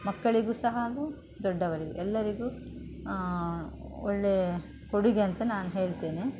ಮಕ್ಕಳಿಗು ಸಹ ಹಾಗು ದೊಡ್ಡವರಿಗೆ ಎಲ್ಲರಿಗು ಒಳ್ಳೆ ಕೊಡುಗೆ ಅಂತ ನಾನು ಹೇಳ್ತೇನೆ